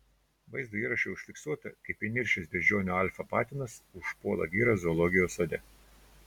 vaizdo įraše užfiksuota kaip įniršęs beždžionių alfa patinas užpuola vyrą zoologijos sode